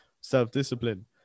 self-discipline